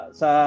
sa